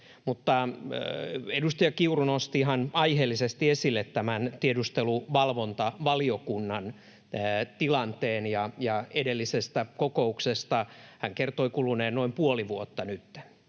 edustaja Kiuru nosti ihan aiheellisesti esille tämän tiedusteluvalvontavaliokunnan tilanteen, ja edellisestä kokouksesta hän kertoi kuluneen noin puoli vuotta nytten.